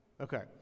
Okay